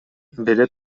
бере